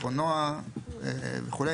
קרונוע וכו'.